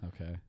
Okay